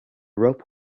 rope